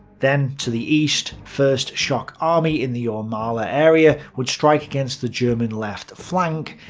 then, to the east, first shock army in the jurmala area would strike against the german left flank,